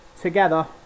Together